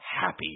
happy